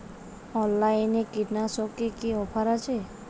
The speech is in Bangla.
অনলাইনে কীটনাশকে কি অফার আছে?